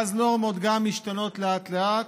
ואז גם נורמות משתנות, לאט-לאט,